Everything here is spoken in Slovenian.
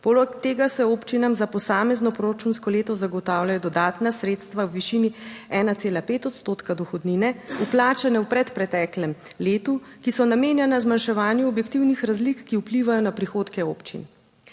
Poleg tega se občinam za posamezno proračunsko leto zagotavljajo dodatna sredstva v višini 1,5 odstotka dohodnine, vplačane v predpreteklem letu, ki so namenjena zmanjševanju objektivnih razlik, ki vplivajo na prihodke občin.